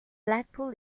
blackpool